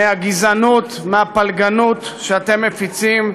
מהגזענות, מהפלגנות שאתם מפיצים.